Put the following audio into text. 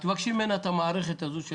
אז תבקשי ממנה את המערכת הזאת.